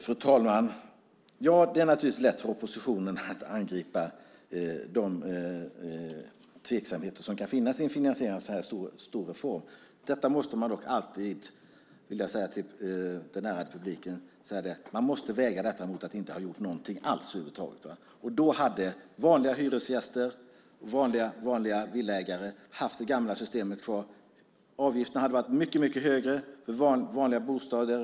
Fru talman! Ja, det är naturligtvis lätt för oppositionen att angripa de tveksamheter som kan finnas i finansieringen av en så här stor reform. Jag vill dock säga till den ärade publiken att man alltid måste väga detta mot att inte ha gjort någonting alls över huvud taget. Då hade vanliga hyresgäster och vanliga villaägare haft det gamla systemet kvar. Avgifterna hade varit mycket högre för vanliga bostäder.